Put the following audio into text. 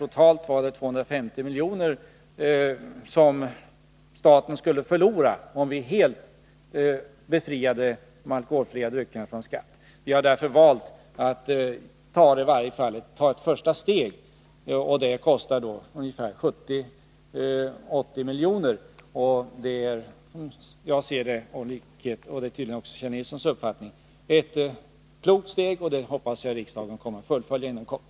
Totalt är det 250 milj.kr. som staten skulle förlora om vi helt befriade de alkoholfria dryckerna från skatt. Vi har valt att i varje fall ta ett första steg, och det kostar 70-80 milj.kr. Jag ser det som — och det är tydligen också Kjell Nilssons uppfattning — ett klokt steg, och det hoppas jag riksdagen kommer att fullfölja inom kort.